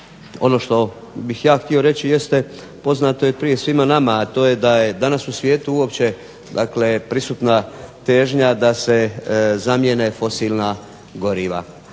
ono što bih ja htio reći jeste poznato je prije svima nama, a to je da je danas u svijetu uopće dakle prisutna težnja da se zamijene fosilna goriva,